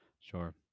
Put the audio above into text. sure